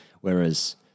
Whereas